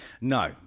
No